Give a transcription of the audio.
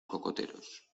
cocoteros